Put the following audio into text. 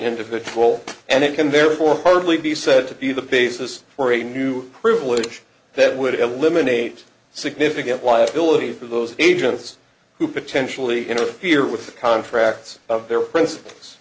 individual and it can therefore hardly be said to be the basis for a new privilege that would eliminate significant liability for those agents who potentially interfere with contracts of their princip